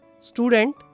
Student